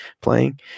playing